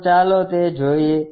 તો ચાલો તે જોઈએ